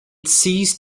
ceased